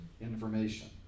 information